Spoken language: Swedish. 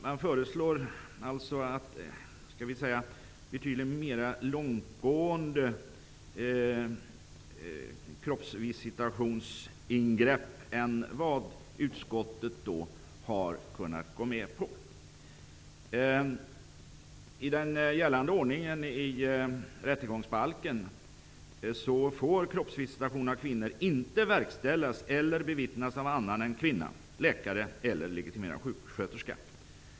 Man föreslår ett betydligt mer långtgående kroppsvisitationsbegrepp än vad utskottet har kunnat gå med på. I den gällande ordningen i rättegångsbalken får kroppsvisitation av kvinnor inte verkställas eller bevittnas av andra än kvinna, läkare eller legitimerad sjuksköterska.